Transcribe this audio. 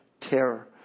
terror